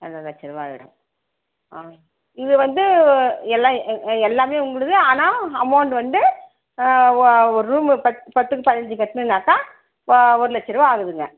ரெண்டரை லட்சம் ரூபா ஆகிடும் ஆ இது வந்து எல்லாம் எல்லாமே உங்களது ஆனால் அமௌண்ட் வந்து ஆ ஒ ஒரு ரூம் பத்துக்கு பதினைஞ்சி கட்டணும்னாக்கா ஒரு லட்சம் ரூபா ஆகுதுங்க